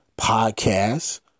podcasts